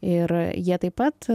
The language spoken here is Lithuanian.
ir jie taip pat